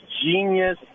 genius